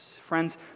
Friends